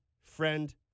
friend